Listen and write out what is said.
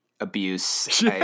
Abuse